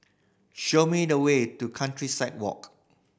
show me the way to Countryside Walk